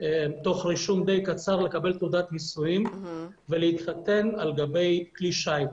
תוך רישום די קצר לקבל תעודת נישואים ולהתחתן על גבי כלי שיט.